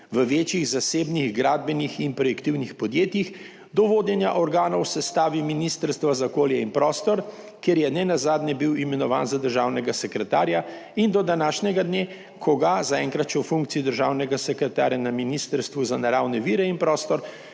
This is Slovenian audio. v večjih zasebnih gradbenih in projektivnih podjetjih do vodenja organov v sestavi Ministrstva za okolje in prostor, kjer je nenazadnje bil imenovan za državnega sekretarja in do današnjega dne, ko ga zaenkrat še v funkciji državnega sekretarja na Ministrstvu za naravne vire in prostor